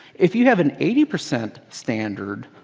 if you have an eighty percent standard